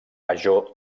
major